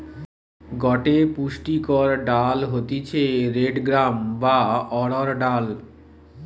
গটে পুষ্টিকর ডাল হতিছে রেড গ্রাম বা অড়হর ডাল